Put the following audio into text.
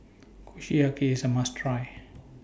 Kushiyaki IS A must Try